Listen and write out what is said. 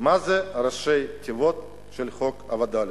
מה זה ראשי התיבות של חוק הווד”לים.